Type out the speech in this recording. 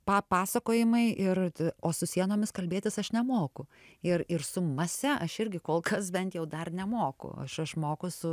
papasakojimai ir o su sienomis kalbėtis aš nemoku ir ir su mase aš irgi kol kas bent jau dar nemoku aš aš moku su